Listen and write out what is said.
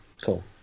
Cool